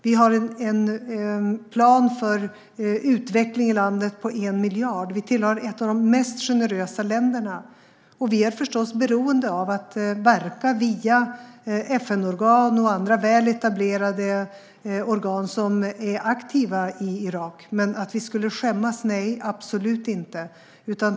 Vi har en plan för utveckling i landet på 1 miljard. Sverige är ett av de mest generösa länderna. Vi är förstås beroende av att verka via FN-organ och andra väl etablerade organ som är aktiva i Irak. Skulle vi skämmas? Nej, absolut inte.